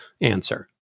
answer